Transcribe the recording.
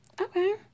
Okay